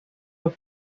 los